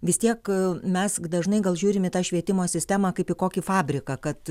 vis tiek mes dažnai gal žiūrim į tą švietimo sistemą kaip į kokį fabriką kad